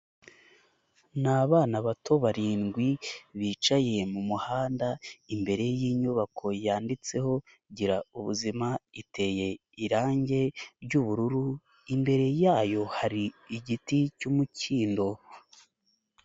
Ni abana bato barindwi bicaye mu muhanda, imbere y'inyubako yanditseho Gira ubuzima, iteye irangi ry'ubururu, imbere yayo hari igiti cy'umukindo.